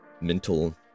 mental